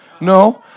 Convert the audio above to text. No